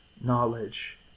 knowledge